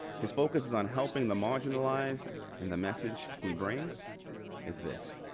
his focus is on helping the marginalized and the message he brings is this